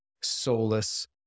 soulless